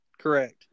Correct